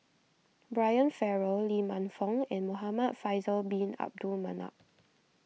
Brian Farrell Lee Man Fong and Muhamad Faisal Bin Abdul Manap